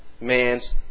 man's